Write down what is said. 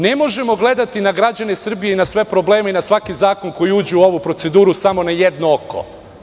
Ne možemo gledati na građane Srbije i na sve probleme, i na svaki zakon koji uđe u ovu proceduru, samo na jedno oko.